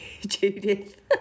Judith